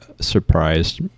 surprised